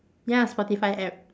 ya Spotify app